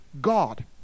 God